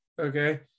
okay